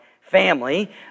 family